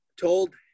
told